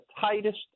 tightest